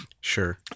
Sure